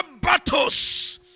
battles